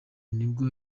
nibwo